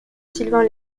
sylvains